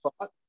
thought